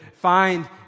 find